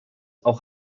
auch